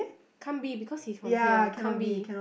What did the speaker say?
can't be because he's from here can't be